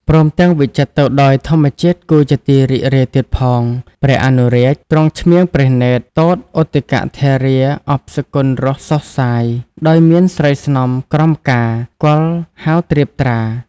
ព្រមទាំងវិចិត្រទៅដោយធម្មជាតិគួរជាទីរីករាយទៀតផង ព្រះអនុរាជទ្រង់ឆ្មៀងព្រះនេត្រទតឧទកធារា អប់សុគន្ធរសសុសសាយ ដោយមានស្រីស្នំក្រមការ គាល់ហ្វៅត្រៀបត្រា ។